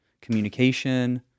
communication